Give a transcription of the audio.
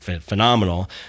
phenomenal